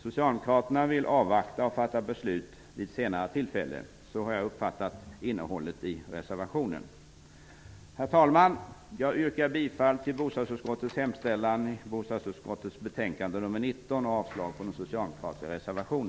Socialdemokraterna vill avvakta och fatta beslut vid senare tillfälle. Så har jag uppfattat innehållet i reservationen. Herr talman! Jag yrkar bifall till bostadsutskottets hemställan i bostadsutskottets betänkande nr 19